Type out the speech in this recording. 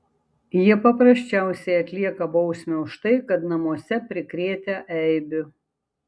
jie paprasčiausiai atlieka bausmę už tai kad namuose prikrėtę eibių